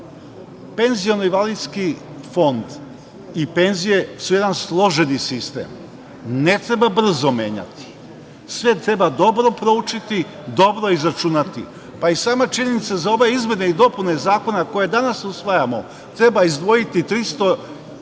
Penziono-invalidski fond i penzije su jedan složeni sistem. Ne treba ga brzo menjati. Sve treba dobro proučiti, dobro izračunati. I sama činjenica za ove izmene i dopune zakona koje danas usvajamo treba izdvojiti preko